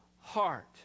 heart